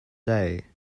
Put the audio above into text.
day